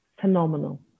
phenomenal